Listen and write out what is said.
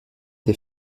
des